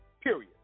period